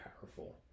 powerful